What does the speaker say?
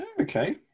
Okay